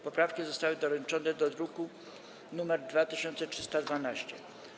Poprawki zostały doręczone do druku nr 2312.